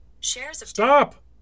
Stop